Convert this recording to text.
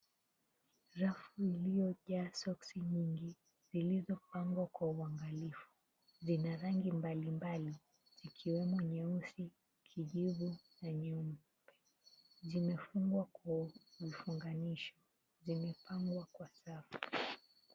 Rafu iliyojaa soksi nyingi zilizopangwa kwa uangalifu. Zina rangi mbalimbali zikiwemo nyeusi kijivu na nyeusi zimefungwa kwa ufunganisho, zimepangwa kwa sawa.